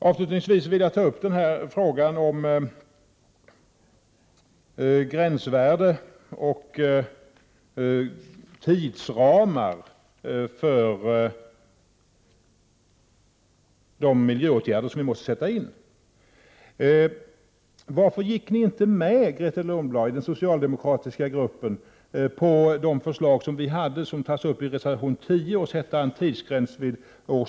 Avslutningsvis vill jag ta upp frågan om gränsvärde och tidsramar för de miljöåtgärder som måste sättas in. Varför gick ni i den socialdemokratiska gruppen, Grethe Lundblad, inte med på det förslag som vi hade och som tas upp i reservation 10 om att det skall sättas en tidsgräns vid år 2000, när nu = Prot.